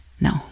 No